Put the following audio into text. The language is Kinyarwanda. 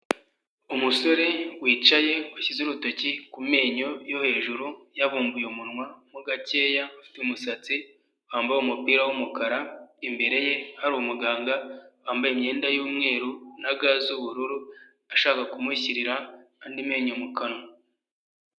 Umusore wicaye ushyize urutoki ku menyo yo hejuru yabumbuye umunwa mo gakeya, ufite umusatsi wambaye umupira w'umukara, imbere ye hari umuganga wambaye imyenda y'umweru na ga z'ubururu, ashaka kumushyirira andi menyo mu kanwa.